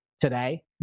today